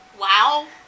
wow